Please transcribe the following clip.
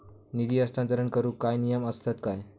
निधी हस्तांतरण करूक काय नियम असतत काय?